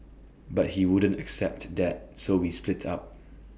but he wouldn't accept that so we split up